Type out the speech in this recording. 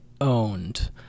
owned